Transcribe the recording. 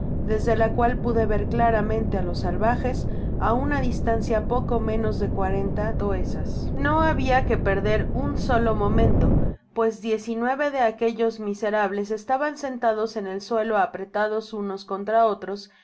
desde la cual pude ver claramente á los salvajes á una distancia poco menos de cuarenta toesas content from google book search generated at no habia que perder un solo momento pues diez y nueve de aquellos miserables estaban sentados en el suelo apretados unos contra otros